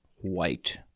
white